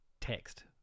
text